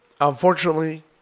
Unfortunately